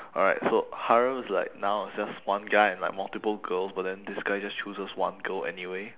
alright so harem is like now is just one guy and like multiple girls but then this guy just chooses one girl anyway